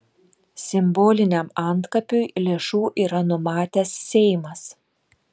simboliniam antkapiui lėšų yra numatęs seimas